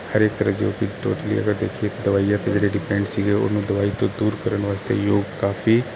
ਦਵਾਈਆਂ ਤੇ ਜਿਹੜੇ ਡਿਪੈਂਡ ਸੀਗੇ ਉਹਨੂੰ ਦਵਾਈਆਂ ਤੋਂ ਦੂਰ ਕਰਨ ਵਾਸਤੇ ਯੋਗ ਕਾਫੀ